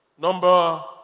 Number